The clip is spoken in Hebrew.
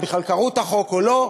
הם בכלל קראו את החוק או לא.